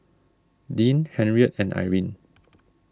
Deann Henriette and Irene